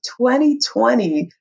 2020